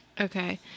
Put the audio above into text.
Okay